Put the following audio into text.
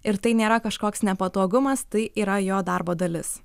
ir tai nėra kažkoks nepatogumas tai yra jo darbo dalis